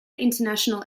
international